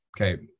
okay